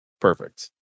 perfect